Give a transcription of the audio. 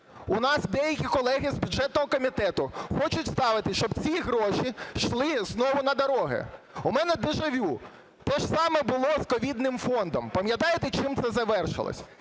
у нас деякі колеги з бюджетного комітету хочуть вставити, щоб ці гроші йшли знову на дороги. У мене дежавю, теж саме було з ковідним фондом. Пам'ятаєте, чим це завершилось?